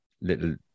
little